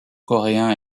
coréen